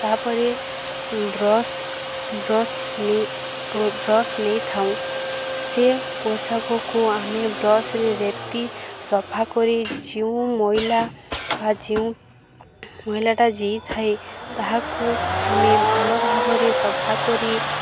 ତାପରେ brush brush ନେଇ brush ନେଇଥାଉ ସେ ପୋଷାକକୁ ଆମେ ବ୍ରସରେ ରଗଡ଼ି ସଫା କରି ଯେଉଁ ମଇଳା ବା ଯେଉଁ ମଇଳାଟା ହୋଇଥାଏ ତାହାକୁ ଆମେ ଭଲ ଭାବରେ ସଫା କରି